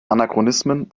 anachronismen